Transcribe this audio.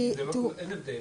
אין הבדל.